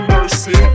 Mercy